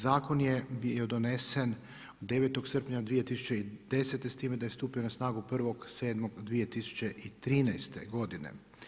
Zakon je bio donesen 9. srpnja 2010. s time da je stupio na snagu 1.7.2013. godine.